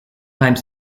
time